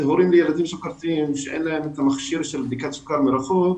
הורים לילדים סוכרתיים שאין להם מכשיר בדיקת סוכר מרחוק,